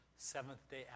Seventh-day